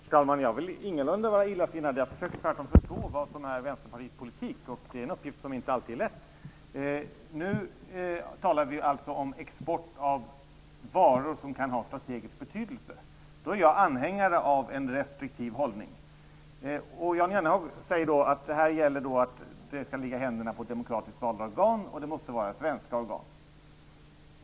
Herr talman! Jag vill ingalunda vara illasinnad. Jag försöker tvärtom förstå vad som är Vänsterpartiets politik. Det är inte alltid så lätt. Nu talar vi alltså om export av varor som kan ha strategisk betydelse. Då är jag anhängare av en restriktiv hållning. Jan Jennehag säger att besluten skall ligga i händerna på demokatiskt valda organ, svenska organ.